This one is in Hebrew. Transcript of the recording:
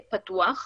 פתוח.